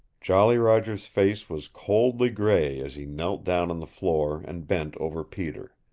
jolly roger's face was coldly gray as he knelt down on the floor and bent over peter.